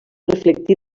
reflectir